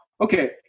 okay